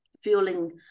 fueling